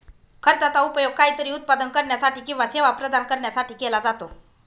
खर्चाचा उपयोग काहीतरी उत्पादन करण्यासाठी किंवा सेवा प्रदान करण्यासाठी केला जातो